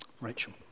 Rachel